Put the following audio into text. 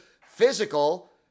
physical